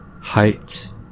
height